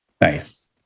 Nice